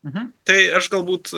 mhm tai aš galbūt